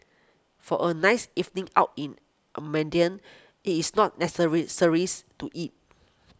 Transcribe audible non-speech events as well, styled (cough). for a nice evening out in (unintelligible) it is not (unintelligible) to eat